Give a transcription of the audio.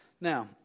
Now